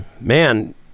Man